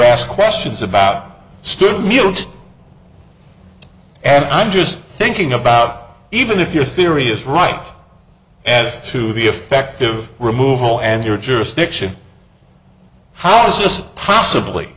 ask questions about stimulants and i'm just thinking about even if your theory is right as to the effect of removal and your jurisdiction how this possibly